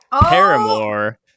Paramore